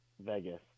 Vegas